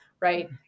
right